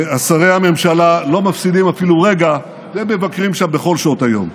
שרי הממשלה לא מפסידים אפילו רגע ומבקרים שם בכל שעות היום.